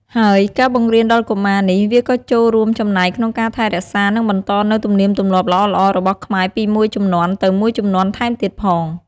ហើយការបង្រៀនដល់កុមារនេះវាក៏ចូលរួមចំណែកក្នុងការថែរក្សា និងបន្តនូវទំនៀមទម្លាប់ល្អៗរបស់ខ្មែរពីមួយជំនាន់ទៅមួយជំនាន់ថែមទៀតផង។